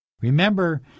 Remember